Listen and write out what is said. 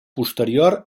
posterior